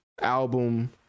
album